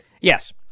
Yes